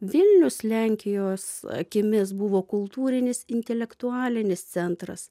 vilnius lenkijos akimis buvo kultūrinis intelektualinis centras